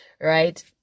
right